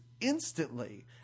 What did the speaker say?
instantly